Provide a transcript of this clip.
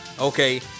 Okay